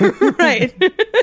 Right